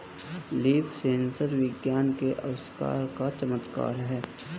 leaf sensor विज्ञान के आविष्कार का चमत्कार है